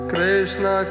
Krishna